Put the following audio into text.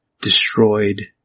destroyed